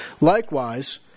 Likewise